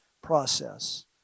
process